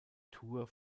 tour